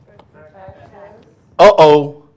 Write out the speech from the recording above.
Uh-oh